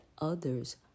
others